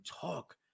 talk